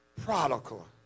Prodigal